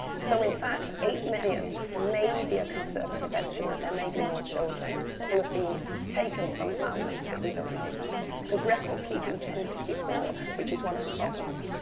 so in fact eight million may be a conservative estimate there may be more children who have been taken from families that we don't know about, because record-keeping tends to be poor, which is one of the problems.